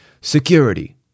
Security